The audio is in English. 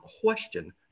question